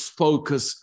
focus